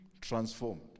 transformed